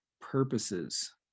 purposes